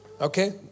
Okay